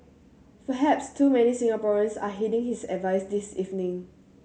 perhaps too many Singaporeans are heeding his advice this evening